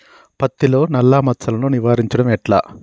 పత్తిలో నల్లా మచ్చలను నివారించడం ఎట్లా?